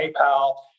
PayPal